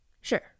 Sure